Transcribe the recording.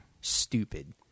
stupid